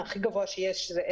הרמה הגבוהה ביותר היא 10